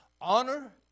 Honor